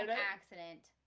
and accident